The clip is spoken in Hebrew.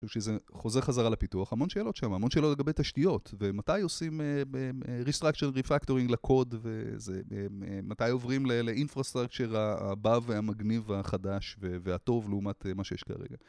חוזר חזרה לפיתוח, המון שאלות שם, המון שאלות לגבי תשתיות, ומתי עושים Refactoring לקוד, ומתי עוברים לאינפרוסטרקצ'ר הבא והמגניב החדש והטוב לעומת מה שיש כרגע.